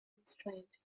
constraint